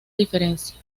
diferencia